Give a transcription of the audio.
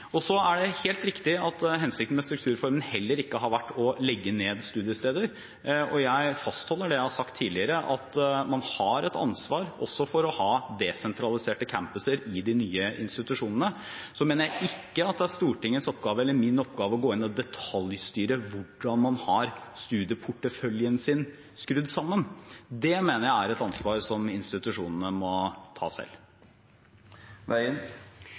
Det helt riktig at hensikten med strukturreformen heller ikke har vært å legge ned studiesteder. Jeg fastholder det jeg har sagt tidligere, at man har et ansvar også for å ha desentraliserte campuser i de nye institusjonene. Jeg mener ikke at det er Stortingets eller min oppgave å gå inn og detaljstyre hvordan man har studieporteføljen skrudd sammen. Det mener jeg er et ansvar som institusjonene må ta selv.